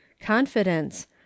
confidence